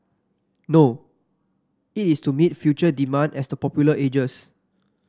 no it is to meet future demand as the popular ages